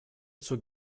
zur